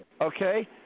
Okay